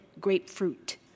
grapefruit